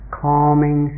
calming